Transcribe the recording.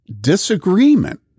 disagreement